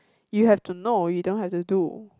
you have to know you don't have to do